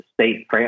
state